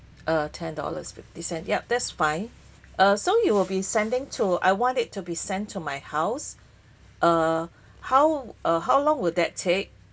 err ten dollars fifty cent yup that's fine uh so you will be sending to I want it to be sent to my house uh how uh how long would that take